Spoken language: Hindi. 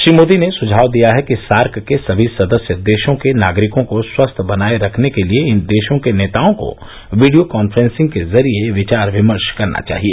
श्री मोदी ने सुझाव दिया है कि सार्क के सभी सदस्य देशों के नागरिकों को स्वस्थ बनाये रखने के लिए इन देशों के नेताओं को वीडियो कांफ्रेंसिंग के जरिये विचार विमर्श करना चाहिए